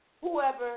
whoever